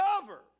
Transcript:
cover